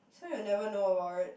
so you'll never know about it